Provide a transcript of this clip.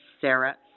Sarah